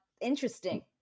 Interesting